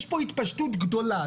יש פה התפשטות גדולה,